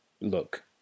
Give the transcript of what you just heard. look